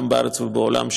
גם בארץ וגם בעולם,